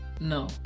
No